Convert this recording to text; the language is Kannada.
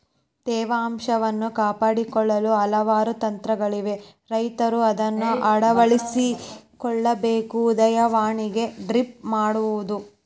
ತೇವಾಂಶವನ್ನು ಕಾಪಾಡಿಕೊಳ್ಳಲು ಹಲವಾರು ತಂತ್ರಗಳಿವೆ ರೈತರ ಅದನ್ನಾ ಅಳವಡಿಸಿ ಕೊಳ್ಳಬೇಕು ಉದಾಹರಣೆಗೆ ಡ್ರಿಪ್ ಮಾಡುವುದು